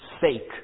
sake